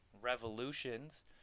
revolutions